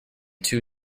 two